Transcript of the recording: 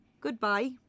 Goodbye